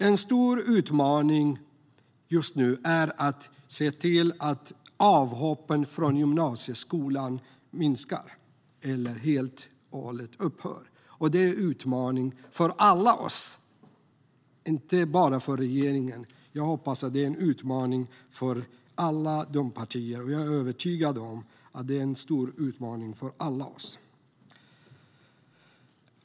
En stor utmaning just nu är att se till att avhoppen från gymnasieskolan minskar eller helt och hållet upphör. Det är en utmaning för oss alla, och inte bara för regeringen.